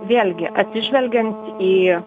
vėlgi atsižvelgiant į